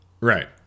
Right